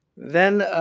then,